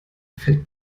fällt